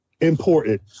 important